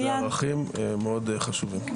אלה ערכים מאוד חשובים.